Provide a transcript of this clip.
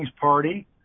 party